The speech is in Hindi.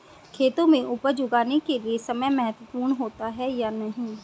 खेतों में उपज उगाने के लिये समय महत्वपूर्ण होता है या नहीं?